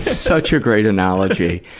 such a great analogy.